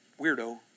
weirdo